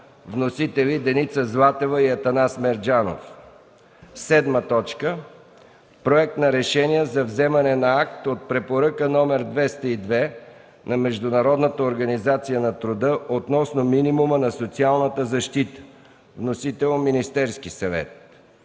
Вносители – Деница Златева и Атанас Мерджанов. 7. Проект на решение за вземане на акт от Препоръка № 202 на Международната организация на труда относно минимума на социалната защита. Вносител – Министерският съвет.